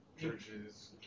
churches